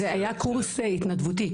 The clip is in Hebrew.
זה היה קורס התנדבותי,